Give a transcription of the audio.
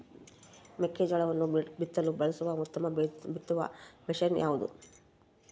ಮೆಕ್ಕೆಜೋಳವನ್ನು ಬಿತ್ತಲು ಬಳಸುವ ಉತ್ತಮ ಬಿತ್ತುವ ಮಷೇನ್ ಯಾವುದು?